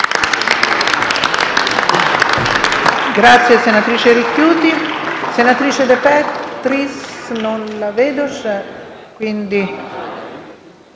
Grazie